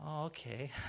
okay